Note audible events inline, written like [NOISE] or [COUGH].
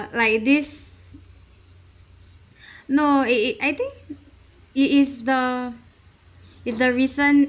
like this [BREATH] no eh eh I think it is the is the recent